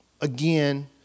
again